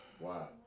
Wow